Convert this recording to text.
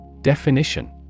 Definition